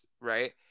right